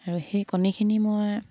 আৰু সেই কণীখিনি মই